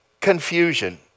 confusion